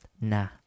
Nah